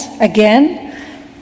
again